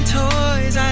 toys